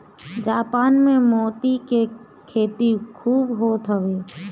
Japan में मोती के खेती खूब होत हवे